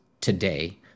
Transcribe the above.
today